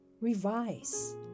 revise